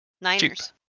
Niners